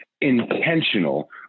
intentional